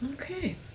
Okay